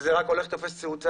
וזה רק הולך ותופס תאוצה.